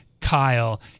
Kyle